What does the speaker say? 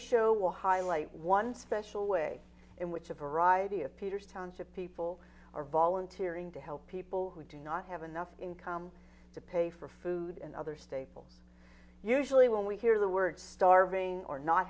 will highlight one special way in which a variety of peters township people are volunteering to help people who do not have enough income to pay for food and other staples usually when we hear the word starving or not